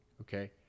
okay